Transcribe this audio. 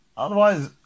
Otherwise